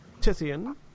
Tithian